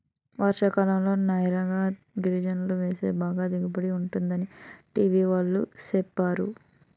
వర్షాకాలంలో నైగర్ గింజలు వేస్తే బాగా దిగుబడి ఉంటుందని టీ.వి వాళ్ళు సెప్పేరు